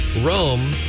Rome